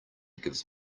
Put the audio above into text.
gives